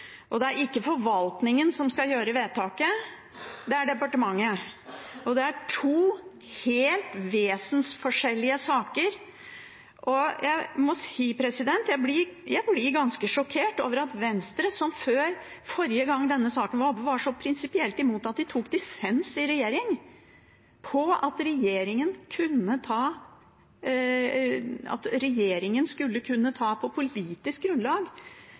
og det er ikke forvaltningen som skal gjøre vedtaket, det er departementet. Det er to helt vesensforskjellige saker. Jeg må si at jeg blir ganske sjokkert over Venstre, som forrige gang denne saken var oppe, var så prinsipielt imot at de tok dissens i regjering på at regjeringen skulle kunne ta beslutningen – på politisk nivå – om å ta